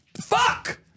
Fuck